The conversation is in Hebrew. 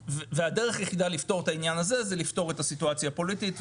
הדרך היחידה לפתור את העניין הזה היא לפתור את הסיטואציה הפוליטית.